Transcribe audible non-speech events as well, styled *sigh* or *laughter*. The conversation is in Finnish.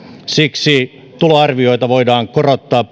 siksi tuloarvioita voidaan korottaa *unintelligible*